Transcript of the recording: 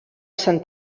sant